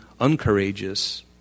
uncourageous